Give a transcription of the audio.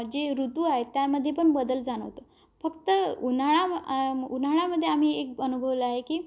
जे ऋतू आहेत त्यामध्ये पण बदल जाणवतं फक्त उन्हाळा्या उन्हाळ्यामध्येआम्ही एक अनुभवलं आहे की